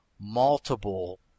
multiple